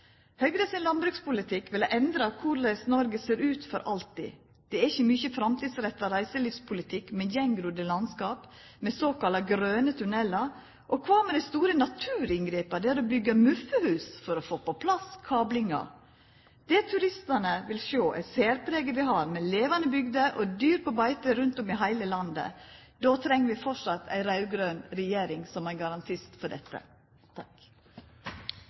Høgre sin landbrukspolitikk ville ha endra korleis Noreg ser ut, for alltid. Det er ikkje mykje framtidsretta reiselivspolitikk med gjengrodde landskap med såkalla grøne tunnelar. Og kva med dei store naturinngrepa det er å byggja muffehus for å få på plass kablinga? Det turistane vil sjå, er særpreget vi har, med levande bygder og dyr på beite rundt om i heile landet. Då treng vi framleis ei raud-grøn regjering som ein garantist for dette.